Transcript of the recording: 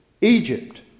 Egypt